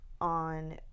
on